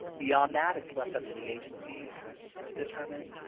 beyond that, it's left up to the agencies to determine.